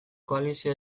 koalizio